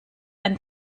ein